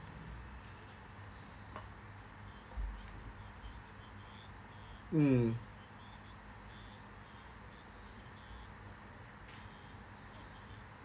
mm